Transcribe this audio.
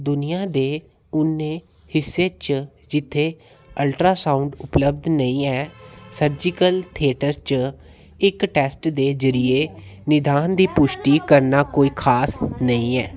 दुनिया दे उ'नें हिस्सें च जित्थै अल्ट्रासाउंड उपलब्ध नेईं ऐ सर्जिकल थेटर च इक टैस्ट दे जरिये निदान दी पुश्टि करना कोई खास नेईं ऐ